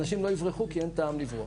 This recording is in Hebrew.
אנשים לא יברחו כי אין טעם לברוח.